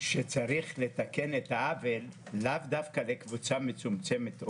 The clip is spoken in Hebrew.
שצריך לתקן את העוול לאו דווקא לקבוצה מצומצמת,